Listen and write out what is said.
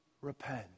repent